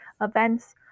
events